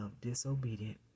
disobedient